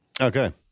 Okay